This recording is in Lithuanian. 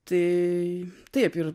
tai taip ir